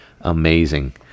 Amazing